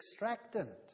extractant